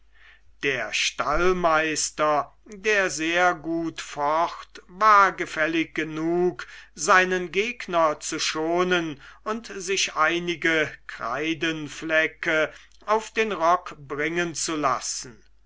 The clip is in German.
der stallmeister der sehr gut focht war gefällig genug seinen gegner zu schonen und sich einige kreidenflecke auf den rock bringen zu lassen